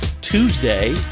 Tuesday